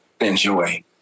enjoy